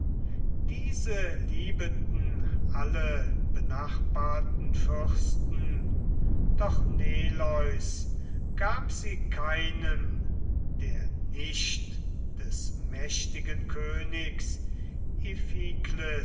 diese liebeten alle benachbarten fürsten doch neleus gab sie keinem der nicht des mächtigen königs